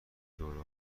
دوره